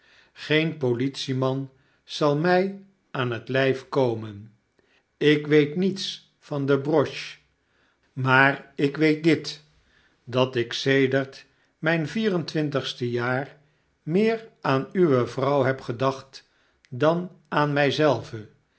geen politie-man zal mij aan t lijf komen ik weet niets van de broche maar ik weet dit dat ik sedert mijn vier entwintigstejaarmeer aan uwe vrouw heb gedacht dan aan